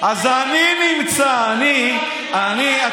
אז אני נמצא, אני, אני.